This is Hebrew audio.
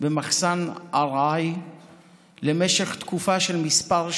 במחסן ארעי למשך תקופה של כמה שנים,